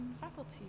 faculty